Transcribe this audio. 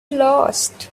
lost